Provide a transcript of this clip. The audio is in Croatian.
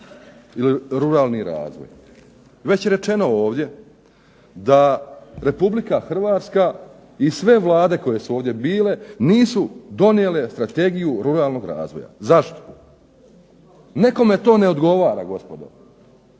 ili ruralni razvoj. Već je rečeno ovdje da Republika Hrvatska i sve vlade koje su ovdje bile nisu donijele Strategiju ruralnog razvoja. Zašto? Nekome to ne odgovara gospodo.